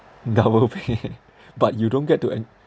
double pay but you don't get to en~